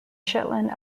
shetland